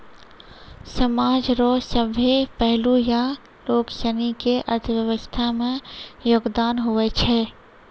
समाज रो सभ्भे पहलू या लोगसनी के अर्थव्यवस्था मे योगदान हुवै छै